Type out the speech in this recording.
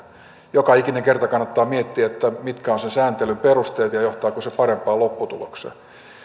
joka ikinen kerta kannattaa miettiä mitkä ovat sen sääntelyn perusteet ja johtaako se parempaan lopputulokseen